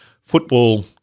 football